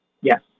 Yes